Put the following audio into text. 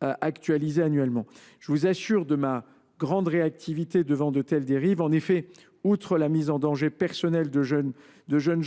Je vous assure de ma grande réactivité devant de telles dérives. En effet, outre la mise en danger de la jeune